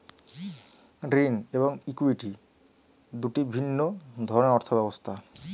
ঋণ এবং ইক্যুইটি দুটি ভিন্ন ধরনের অর্থ ব্যবস্থা